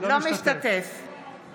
אינו משתתף בהצבעה